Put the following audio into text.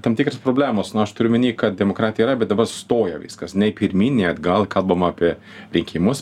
tam tikros problemos nu aš turiu omeny kad demokratija yra bet dabar stoja viskas nei pirmyn nei atgal kalbama apie rinkimus